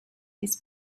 his